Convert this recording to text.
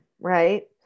right